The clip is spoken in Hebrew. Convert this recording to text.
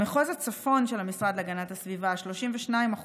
במחוז הצפון של המשרד להגנת הסביבה 32%